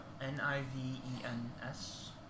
N-I-V-E-N-S